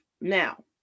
Now